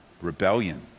rebellion